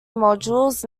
modules